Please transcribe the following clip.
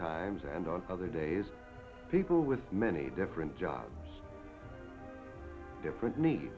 times and other days people with many different jobs different